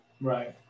Right